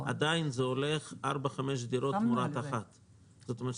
עדיין זה הולך ארבע-חמש דירות שנמכרות תמורת דירה אחת שנקנית,